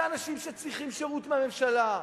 זה האנשים שצריכים שירות מהממשלה,